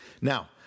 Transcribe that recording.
Now